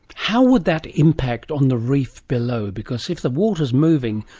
how would that impact on the reef below, because if the water is moving,